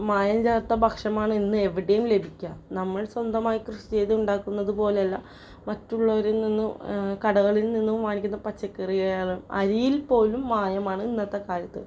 മായം ചേർത്ത ഭക്ഷണമാണ് ഇന്നെവിടെയും ലഭിക്കുക നമ്മൾ സ്വന്തമായി കൃഷി ചെയ്തു ഉണ്ടാക്കുന്നത് പോലെയല്ല മറ്റുള്ളവരിൽ നിന്നും കടകളിൽ നിന്നും വാങ്ങിക്കുന്ന പച്ചക്കറികൾ അരിയിൽ പോലും മായമാണ് ഇന്നത്തെക്കാലത്ത്